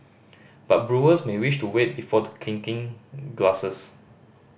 but brewers may wish to wait before clinking glasses